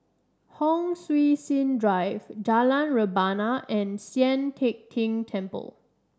Hon Sui Sen Drive Jalan Rebana and Sian Teck Tng Temple